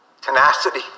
tenacity